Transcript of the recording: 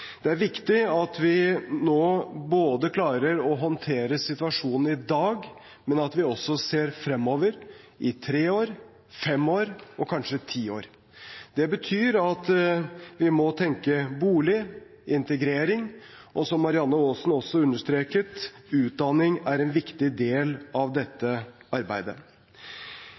Det er viktig at vi nå klarer å håndtere situasjonen i dag, men at vi også ser fremover – i tre år, fem år og kanskje ti år. Det betyr at vi må tenke bolig, integrering, og som Marianne Aasen også understreket: Utdanning er en viktig del av dette